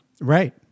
Right